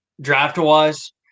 draft-wise